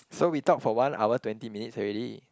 so we talk for one hour twenty minutes already